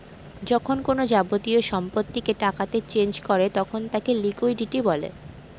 যখন কোনো যাবতীয় সম্পত্তিকে টাকাতে চেঞ করে তখন তাকে লিকুইডিটি বলে